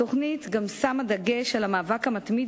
התוכנית גם שמה דגש על המאבק המתמיד